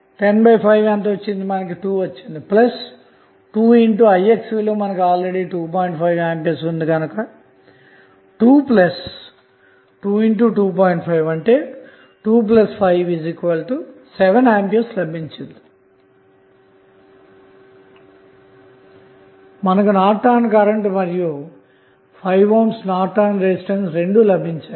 57A లభిస్తుంది మనకు Norton current మరియు 5 ohm నార్టన్ రెసిస్టెన్స్ లభించాయి